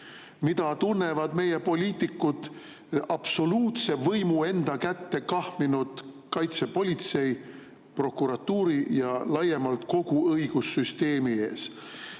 mida tunnevad meie poliitikud absoluutse võimu enda kätte kahminud kaitsepolitsei, prokuratuuri ja laiemalt kogu õigussüsteemi ees.